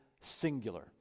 singular